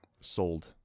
sold